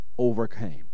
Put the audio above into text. overcame